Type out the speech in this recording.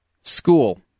School